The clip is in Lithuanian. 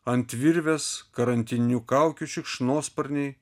ant virvės karantininių kaukių šikšnosparniai